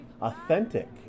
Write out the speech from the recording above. authentic